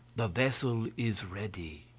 the vessel is ready.